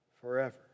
forever